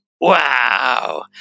wow